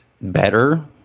better